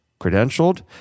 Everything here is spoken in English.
credentialed